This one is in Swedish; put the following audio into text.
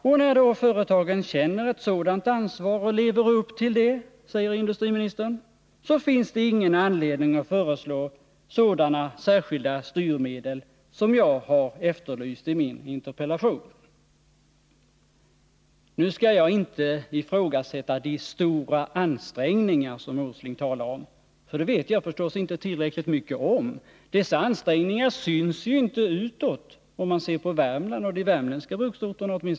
Och när då företagen känner ett sådant ansvar och lever upp till det — säger industriministern — så finns det ingen anledning att föreslå sådana särskilda styrmedel som jag har efterlyst i min interpellation. Nu skall jag inte ifrågasätta de stora ansträngningar som Nils Åsling talar om, för dem vet jag förstås inte tillräckligt mycket om. Dessa ansträngningar syns ju inte utåt, åtminstone inte om man ser på Värmland och de värmländska bruksorterna.